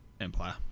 Empire